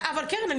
אבל קרן,